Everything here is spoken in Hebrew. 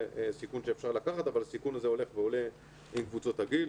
סיכון שאפשר לקחת אבל הסיכון הזה הולך ועולה עם קבוצות הגיל.